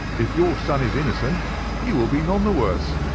if your son is innocent he will be none the worse